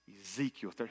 Ezekiel